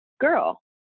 girl